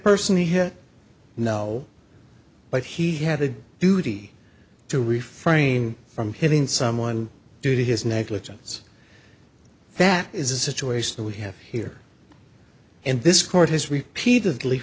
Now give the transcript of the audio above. person he had no but he had a duty to refrain from hitting someone due to his negligence that is a situation that we have here and this court has repeatedly